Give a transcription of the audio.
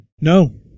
No